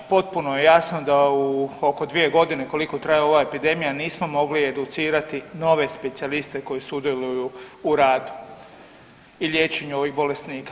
Potpuno je jasno da u oko 2 godine koliko traje ova epidemija nismo mogli educirati nove specijaliste koji sudjeluju u radu i liječenju ovih bolesnika.